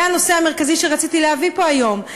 זה הנושא המרכזי שרציתי להביא פה היום.